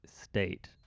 state